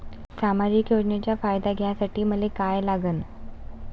सामाजिक योजनेचा फायदा घ्यासाठी मले काय लागन?